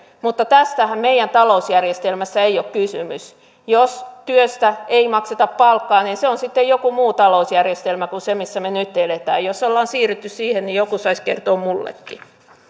mutta tästähän meidän talousjärjestelmässämme ei ole kysymys jos työstä ei makseta palkkaa niin se on sitten joku muu talousjärjestelmä kuin se missä me nyt elämme jos ollaan siirrytty siihen niin joku saisi kertoa minullekin